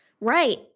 Right